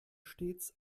stets